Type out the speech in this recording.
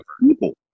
people